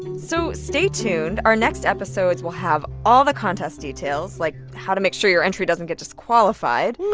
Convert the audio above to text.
so stay tuned. our next episodes will have all the contest details, like how to make sure your entry doesn't get disqualified.